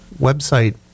website